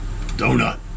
donut